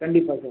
கண்டிப்பாக சார்